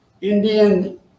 Indian